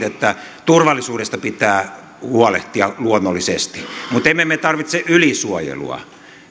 että turvallisuudesta pitää huolehtia luonnollisesti mutta emme me tarvitse ylisuojelua